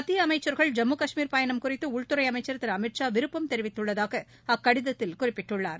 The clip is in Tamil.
மத்திய அமைச்சர்களின் ஜம்மு காஷ்மீர் பயணம் குறித்து உள்துறை அமைச்சர் திரு அமித் ஷா விருப்பம் தெரிவித்துள்ளதாக அக்கடிதத்தில் குறிப்பிட்டுள்ளார்